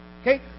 Okay